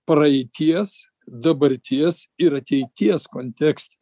praeities dabarties ir ateities kontekste